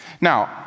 Now